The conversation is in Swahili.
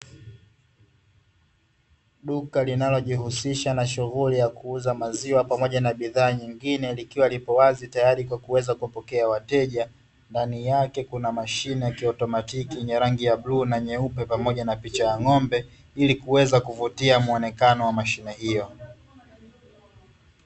duka linalojihusisha na shughuli ya kuuza maziwa ndani yake kuna masine ya kielekroniki yenye rangi ya bluu na nyeupe yenye picha ya ng'ombe ili kuweza kuvutia muonekano wa mashine hiyo